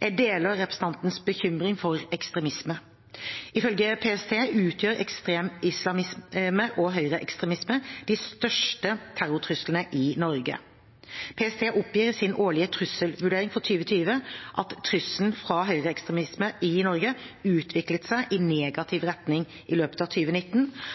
Jeg deler representantens bekymring for ekstremisme. Ifølge PST utgjør ekstrem islamisme og høyreekstremisme de største terrortruslene i Norge. PST oppgir i sin årlige trusselvurdering for 2020 at trusselen fra høyreekstremisme i Norge utviklet seg i negativ retning i løpet av